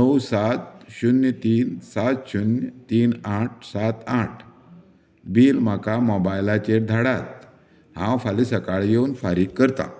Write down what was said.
णव सात शून्य तीन सात शून्य तीन आठ सात आठ बील म्हाका मोबायलाचेर धाडात हांव फाल्यां सकाळी येवन फारीक करतां